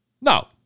No